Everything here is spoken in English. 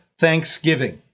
Thanksgiving